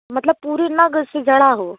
मतलब पूरे नग से जड़ा हो